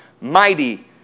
mighty